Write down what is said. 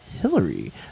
hillary